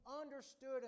understood